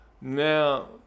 Now